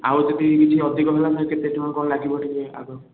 ଆଉ ଯଦି କିଛି ଅଧିକ ହେଲା କେତେ ଟଙ୍କା କ'ଣ ଲାଗିବ ଟିକେ ଆଗରୁ